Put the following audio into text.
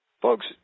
Folks